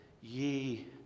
ye